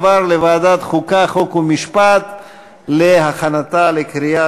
החוקה, חוק ומשפט נתקבלה.